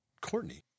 courtney